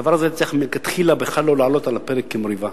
הדבר הזה צריך מלכתחילה בכלל לא לעלות על הפרק כמריבה,